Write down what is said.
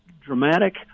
dramatic